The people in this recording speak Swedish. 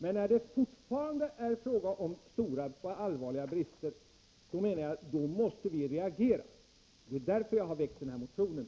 Men när det fortfarande är fråga om stora och allvarliga brister, då menar jag att vi måste reagera. Det är därför jag har väckt den här motionen.